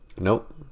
Nope